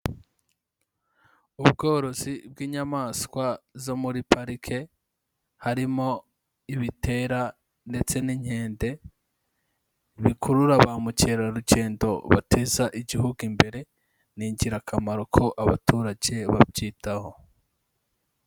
Ubworozi bw'inyamaswa zo muri parike, harimo ibitera ndetse n'inkende bikurura ba mukerarugendo bateza igihugu imbere, ni ingirakamaro ko abaturage babyitaho.